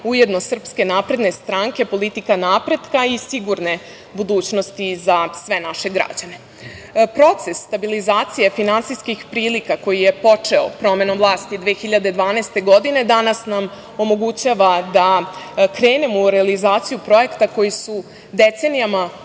ujedno SNS politika napretka i sigurne budućnosti za sve naše građane. Proces stabilizacije finansijskih prilika, koji je počeo promenom vlasti 2012. godine, danas nam omogućava da krenemo u realizaciju projekta koji su decenijama unazad